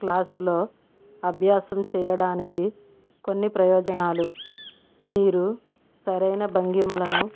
క్లాసులో అభ్యాసం చేయడానికి కొన్ని ప్రయోజనాలు మీరు సరైనా భంగిమలను